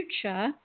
future